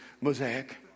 Mosaic